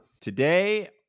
Today